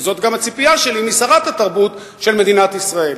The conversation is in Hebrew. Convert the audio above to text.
וזו גם הציפייה שלי משרת התרבות של מדינת ישראל.